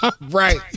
Right